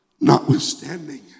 Notwithstanding